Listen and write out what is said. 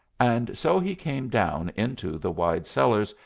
and so he came down into the wide cellars,